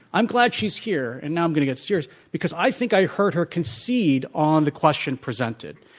i'm glad she's here and now i'm going to get serious because i think i heard her concede on the question presented.